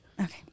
Okay